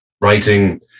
writing